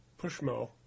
Pushmo